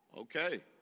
Okay